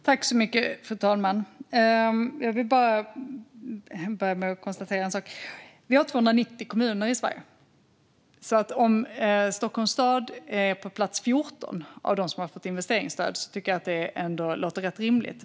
Fru talman! Vi har 290 kommuner i Sverige. Om Stockholms stad är på plats 14 av dem som fått investeringsstöd tycker jag att det ändå låter rätt rimligt.